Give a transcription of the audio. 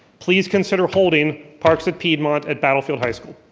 please consider holding parks at piedmont at battlefield high school.